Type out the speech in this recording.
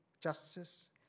justice